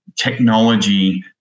technology